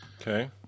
Okay